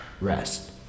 rest